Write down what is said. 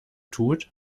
tut